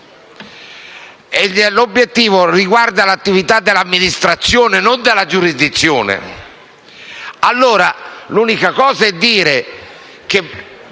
L'obiettivo riguarda l'attività dell'amministrazione, e non della giurisdizione. Allora, l'unica possibilità è dire che